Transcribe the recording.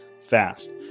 fast